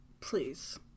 Please